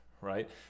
Right